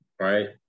right